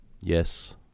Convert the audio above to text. Yes